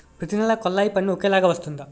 ప్రతి నెల కొల్లాయి పన్ను ఒకలాగే వస్తుందా?